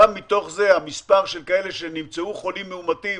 גם מתוך זה המספר של אלה שנמצאו חולים מאומתים